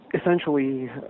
Essentially